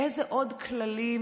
איזה עוד כללים,